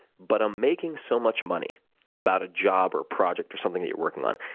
but i'm making so much money about a job or project or something that you're working on,